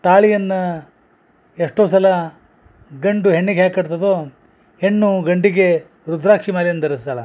ತಾಳಿಯನ್ನ ಎಷ್ಟೋ ಸಲ ಗಂಡು ಹೆಣ್ಣಿಗೆ ಹೇಗೆ ಕಟ್ತದೋ ಹೆಣ್ಣು ಗಂಡಿಗೆ ರುದ್ರಾಕ್ಷಿ ಮಾಲೆಯನ್ನ ಧರಿಸ್ತಾಳ